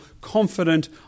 confident